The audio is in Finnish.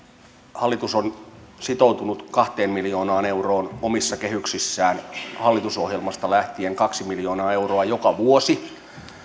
hallitus on sitoutunut kahteen miljoonaan euroon omissa kehyksissään hallitusohjelmasta lähtien kaksi miljoonaa euroa joka vuosi